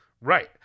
Right